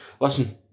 Listen